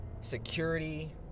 security